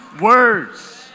words